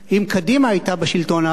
אם קדימה היתה בשלטון אז,